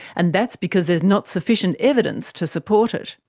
and that's because there is not sufficient evidence to support it.